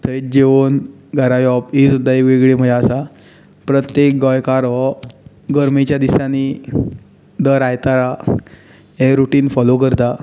थंय जेवन घरा येवप ही सुद्दां एक वेगळी मजा आसा प्रत्येक गोंयकार हो गर्मेच्या दिसांनी दर आयतारा हें रुटिन फोलो करता